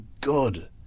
good